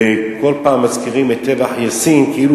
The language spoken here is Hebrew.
וכל פעם מזכירים את טבח דיר-יאסין כאילו